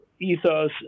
ethos